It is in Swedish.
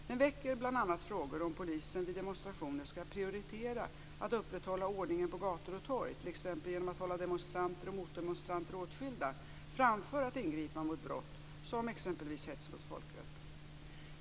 Det väcker bl.a. frågan om polisen vid demonstrationer skall prioritera att upprätthålla ordningen på gator och torg, t.ex. genom att hålla demonstranter och motdemonstranter åtskilda, framför att ingripa mot brott som exempelvis hets mot folkgrupp.